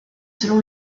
selon